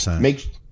make